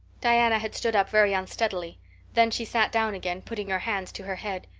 diana had stood up very unsteadily then she sat down again, putting her hands to her head.